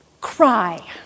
cry